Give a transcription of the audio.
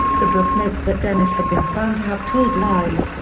the book notes that dennis had been found to have told lies,